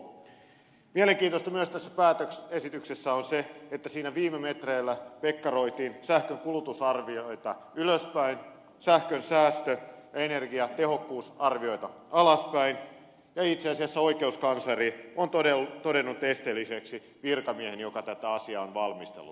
mielenkiintoista myös tässä päätösesityksessä on se että siinä viime metreillä pekkaroitiin sähkön kulutusarvioita ylöspäin sähkön säästö ja energiatehokkuusarvioita alaspäin ja itse asiassa oikeuskansleri on todennut esteelliseksi virkamiehen joka tätä asiaa on valmistellut